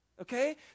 Okay